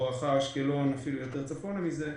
בואכה אשקלון ויותר צפונה מזה,